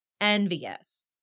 envious